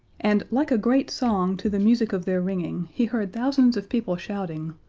and like a great song to the music of their ringing he heard thousands of people shouting,